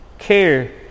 care